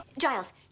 Giles